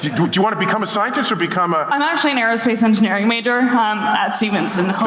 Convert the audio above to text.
do you wanna become a scientist or become a i'm actually an aerospace engineering major and um at stevenson.